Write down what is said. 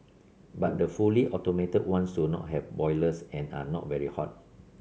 but the fully automatic ones do not have boilers and are not very hot